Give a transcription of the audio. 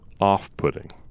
Off-putting